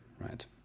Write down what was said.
right